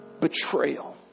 betrayal